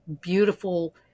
beautiful